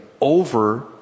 over